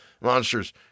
monsters